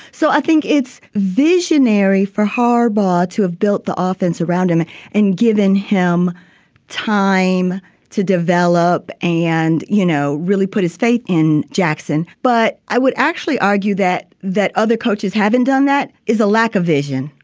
so i think it's visionary for harbaugh to have built the offense around him and given him time to develop. and, you know, really put his faith in jackson. but i would actually argue that that other coaches haven't done that is a lack of vision.